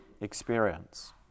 experience